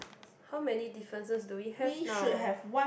how many differences do we have now